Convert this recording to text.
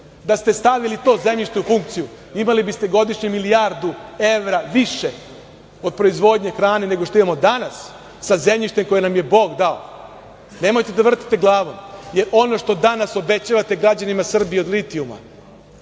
Da ste stavili to zemljište u funkciju, imali biste godišnje milijardu evra više od proizvodnje hrane, nego što imamo danas sa zemljištem koje nam je Bog dao? Nemojte da vrtite glavom, jer ono što danas obećavate građanima Srbije od litijuma